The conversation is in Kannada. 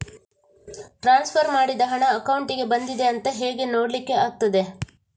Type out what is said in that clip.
ಟ್ರಾನ್ಸ್ಫರ್ ಮಾಡಿದ ಹಣ ಅಕೌಂಟಿಗೆ ಬಂದಿದೆ ಅಂತ ಹೇಗೆ ನೋಡ್ಲಿಕ್ಕೆ ಆಗ್ತದೆ?